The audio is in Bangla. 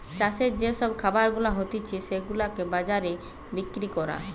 চাষের যে সব খাবার গুলা হতিছে সেগুলাকে বাজারে বিক্রি করা